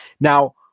Now